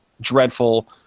dreadful